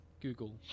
Google